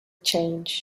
change